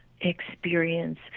experience